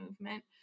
movement